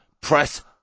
Press